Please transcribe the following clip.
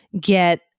Get